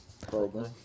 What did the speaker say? Program